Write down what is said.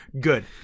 Good